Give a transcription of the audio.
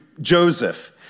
Joseph